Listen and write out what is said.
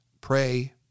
Pray